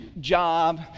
job